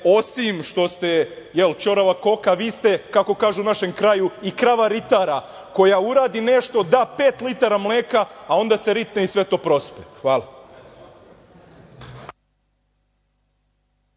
osim što ste ćorava koka, vi ste, kako kažu u našem kraju, i krava ritara koja uradi nešto, da pet litara mleka, a onda se ritne i sve to prospe. Hvala.